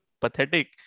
pathetic